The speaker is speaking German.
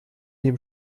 dem